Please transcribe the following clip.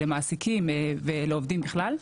למעסיקים ולעובדים בכלל.